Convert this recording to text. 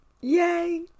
yay